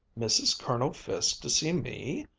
mrs. colonel fiske to see me?